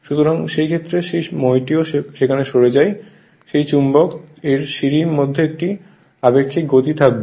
সুতরাং সেই ক্ষেত্রে সেই মইটিও সেখানে সরে যায় সেই চুম্বক এবং সিঁড়ির মধ্যে একটি আপেক্ষিক গতি থাকবে